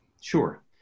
Sure